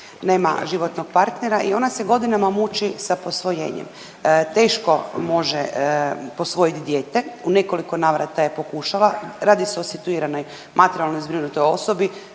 nema životnog partnera i ona se godinama muči sa posvojenjem. Teško može posvojiti dijete, u nekoliko navrata je pokušala, radi se o situiranoj materijalno zbrinutoj osobi,